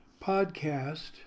podcast